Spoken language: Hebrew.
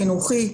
החינוכי,